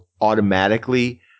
automatically